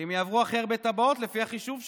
כי הם יעברו הכי הרבה טבעות, לפי החישוב שלה.